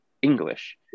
English